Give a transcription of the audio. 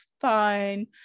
fine